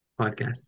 podcast